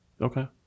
Okay